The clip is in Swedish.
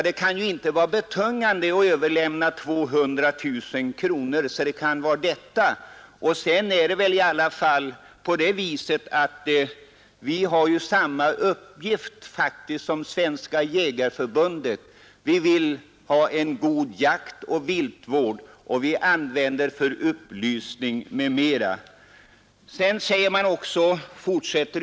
Det kan väl inte vara betungan = Å”Slag ur jaktvårds de att överlämna 200 000 kronor, och det kan därför inte gärna vara det fonden till Jägarnas som avses. Vårt förbund har faktiskt samma uppgift som Svensk: riksförbund-Landsbygdens jägare jägareförbundet: det vill främja en god jakt och viltvård samt sprid: upplysning.